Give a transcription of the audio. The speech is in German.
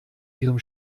ihrem